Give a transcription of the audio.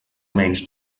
menys